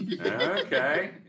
okay